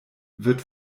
wird